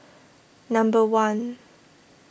number one